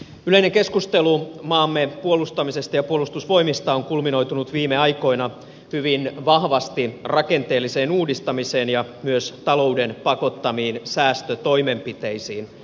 yleinen keskustelu maamme puolustamisesta ja puolustusvoimista on kulminoitunut viime aikoina hyvin vahvasti rakenteelliseen uudistamiseen ja myös talouden pakottamiin säästötoimenpiteisiin